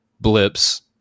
blips